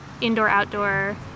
indoor-outdoor